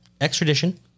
extradition